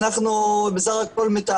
גם בצפון וגם בדרום.